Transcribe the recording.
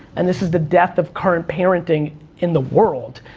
and this is the death of current parenting in the world.